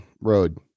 Road